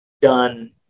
done